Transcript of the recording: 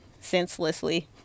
senselessly